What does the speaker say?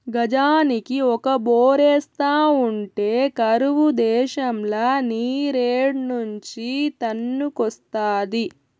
గజానికి ఒక బోరేస్తా ఉంటే కరువు దేశంల నీరేడ్నుంచి తన్నుకొస్తాది